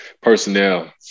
personnel